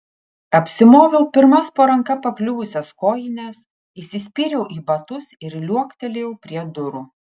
apsimoviau pirmas po ranka pakliuvusias kojines įsispyriau į batus ir liuoktelėjau prie durų